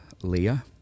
Leah